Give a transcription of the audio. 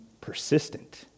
persistent